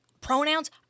pronouns